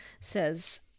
says